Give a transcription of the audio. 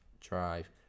drive